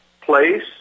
place